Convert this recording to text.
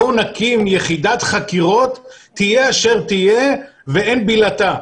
בואו נקים יחידת חקירות תהיה אשר תהיה ואין בילתה.